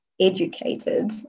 educated